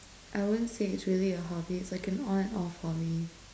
I won't say is really a hobby it's like an on and off hobby